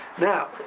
Now